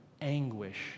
anguish